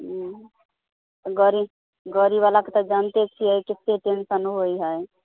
हुँ गाड़ी गाड़ीवलाके तऽ जानिते छिए कतेक टेन्शन होइ हइ